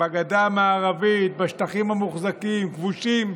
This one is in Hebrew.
בגדה המערבית, בשטחים המוחזקים, הכבושים,